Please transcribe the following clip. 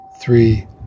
three